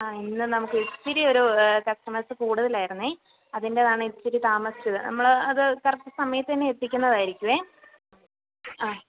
ആ ഇന്ന് നമുക്ക് ഇച്ചിരിയൊരു കസ്റ്റമേഴ്സ്സ് കൂടുതൽ ആയിരുന്നു അതിന്റെതാണ് ഇച്ചിരി താമസിച്ചത് നമ്മൾ അത് കറക്റ്റ് സമയത്ത് തന്നെ എത്തിക്കുന്നതായിരിക്കും ആ